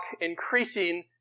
increasing